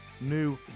new